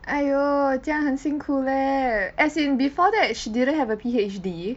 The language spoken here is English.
!aiyo! 这样很辛苦 leh as in before that she didn't have a P_H_D